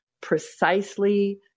precisely